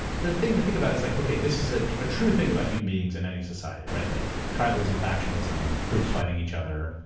the thing to think about is like okay, this is a ah true thing about human beings in any society, right? like, travelism, factionalism, groups fighting each other,